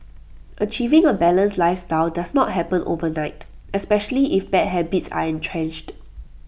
achieving A balanced lifestyle does not happen overnight especially if bad habits are entrenched